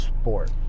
sport